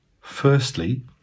Firstly